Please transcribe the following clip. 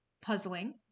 puzzling